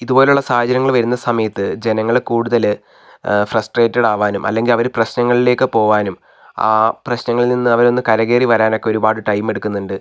ഇതുപോലുള്ള സാഹചര്യങ്ങള് വരുന്ന സമയത്ത് ജനങ്ങള് കൂടുതല് ഫ്രസ്ട്രേറ്റഡ് ആകാനും അല്ലെങ്കിൽ അവര് പ്രശ്നങ്ങളിലേക്ക് പോകാനും ആ പ്രശ്നങ്ങളിൽ നിന്ന് അവരൊന്ന് കരകയറി വരാനൊക്കെ ഒരുപാട് ടൈമ് എടുക്കുന്നുണ്ട്